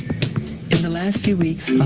in the last few weeks